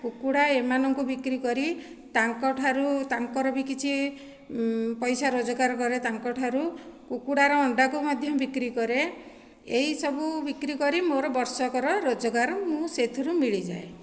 କୁକୁଡ଼ା ଏମାନଙ୍କୁ ବିକ୍ରିକରି ତାଙ୍କଠାରୁ ତାଙ୍କର ବି କିଛି ପଇସା ରୋଜଗାର କରେ ତାଙ୍କଠାରୁ କୁକୁଡ଼ାର ଅଣ୍ଡାକୁ ମଧ୍ୟ ବିକ୍ରି କରେ ଏଇ ସବୁ ବିକ୍ରିକରି ମୋର ବର୍ଷକର ରୋଜଗାର ମୋର ସେହିଥିରୁ ମିଳିଯାଏ